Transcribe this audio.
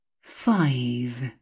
five